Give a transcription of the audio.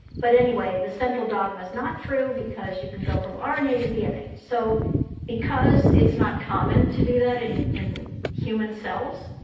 but anyway, the central dogma is not true because you can go from ah rna to dna. so because it's not common to do that in in human cells,